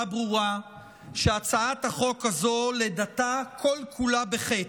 ברורה שהצעת החוק הזו לידתה כל-כולה בחטא,